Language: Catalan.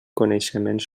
coneixements